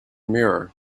mirror